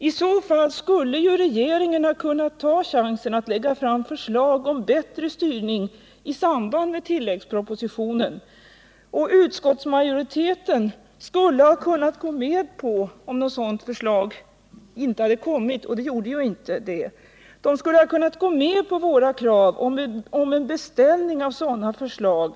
I annat fall skulle ju regeringen ha kunnat ta chansen att i samband med tilläggspropositionen lägga fram förslag om bättre styrning. Och utskottsmajoriteten skulle ha kunnat gå med på — om något 83 sådant förslag inte hade kommit, och det har det ju inte — våra krav på en beställning av sådana förslag.